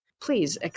please